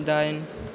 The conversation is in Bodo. दाइन